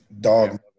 dog